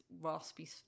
raspy